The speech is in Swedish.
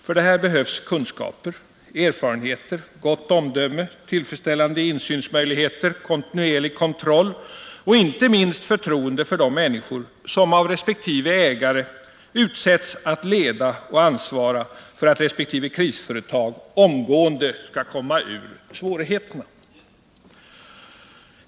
För detta behövs kunskaper, erfarenheter, gott omdöme, tillfredsställande insynsmöjligheter, kontinuerlig kontroll och inte minst förtroende för de människor som av resp. ägare utsetts att leda och ansvara för att resp. krisföretag omgående skall komma ur svårigheterna.